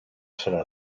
serà